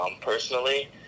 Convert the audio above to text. personally